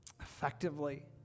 effectively